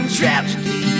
tragedy